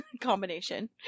Combination